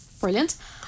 Brilliant